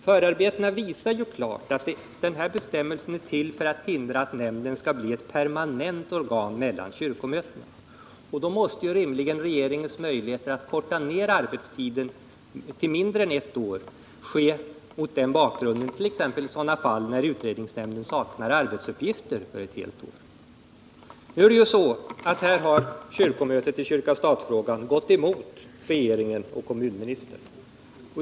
Förarbetena visar ju klart att denna bestämmelse är till för att hindra att nämnden skall bli ett permanent organ mellan kyrkomötena. Då måste ju rimligen regeringens möjligheter att korta ned arbetstiden till mindre än ett år gälla mot den bakgrunden, t.ex. i sådana fall när utredningsnämnden saknar arbetsuppgifter för ett helt år. Nu har kyrkomötet i kyrka-stat-frågan gått emot regeringen och kommunministern.